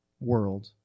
world